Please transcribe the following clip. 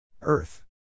Earth